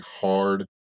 hard